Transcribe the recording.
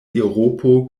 eŭropo